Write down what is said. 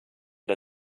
der